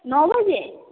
नौ बजे